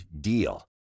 DEAL